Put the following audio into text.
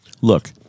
look